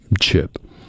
chip